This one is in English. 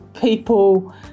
people